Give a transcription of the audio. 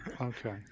Okay